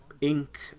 ink